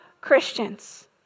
Christians